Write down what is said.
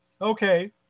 Okay